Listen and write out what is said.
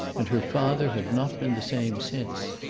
and her father had not been the same since.